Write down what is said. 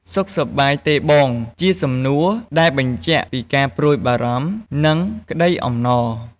សុខសប្បាយទេបង?ជាសំណួរដែលបញ្ជាក់ពីការព្រួយបារម្ភ និងក្តីអំណរ។